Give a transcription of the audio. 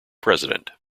president